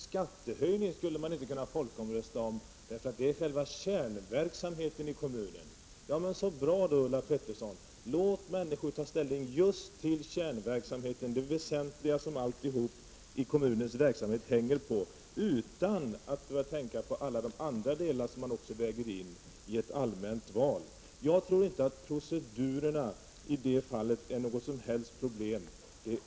Jag ville bara säga att jag såg framför mig en bild där Bengt Kindbom och jag i en kommun företrädde olika linjer och gick ut med dem i en folkomröstning.